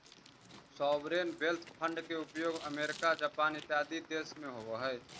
sovereign wealth fund के उपयोग America Japan इत्यादि देश में होवऽ हई